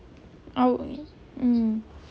I'll mm